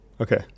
Okay